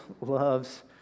loves